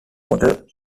bottle